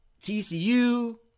TCU